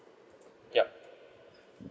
yup